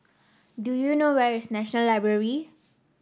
do you know where is National Library